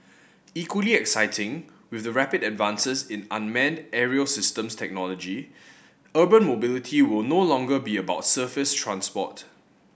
equally exciting with the rapid advances in unmanned aerial systems technology urban mobility will no longer be about surface transport